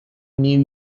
new